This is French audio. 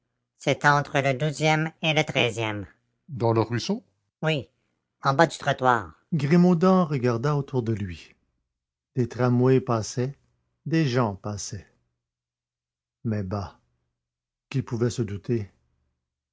c'est entre le douzième et le treizième dans le ruisseau oui en bas du trottoir grimaudan regarda autour de lui des tramways passaient des gens passaient mais bah qui pouvait se douter